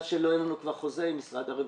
שלא יהיה לנו כבר חוזה עם משרד הרווחה.